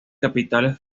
capitales